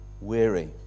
weary